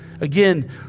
Again